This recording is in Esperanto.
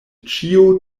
ĉio